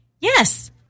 yes